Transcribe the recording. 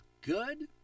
good